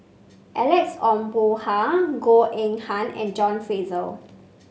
Alex Ong Boon Hau Goh Eng Han and John Fraser